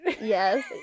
yes